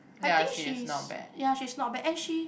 I think she's ya she is not bad and she